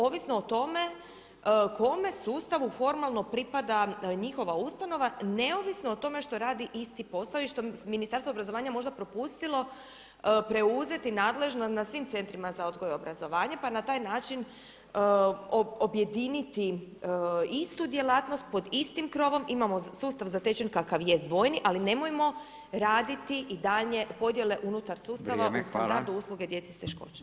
Ovisno o tome, kojem sustavu formalno pripada njihova ustanova, neovisno o tome što radi isti posao i što Ministarstvo obrazovanja možda propustilo preuzeti nadležnost nad svim centrima za odgoj i obrazovanje pa na taj način objediniti istu djelatnost pod istim krovom, imamo sustav zatečen kakav jest dvojni ali nemojmo radi i daljnje podjele unutar sustava [[Upadica: Vrijeme, hvala.]] u standardu usluge djece s teškoćama.